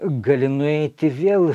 gali nueiti vėl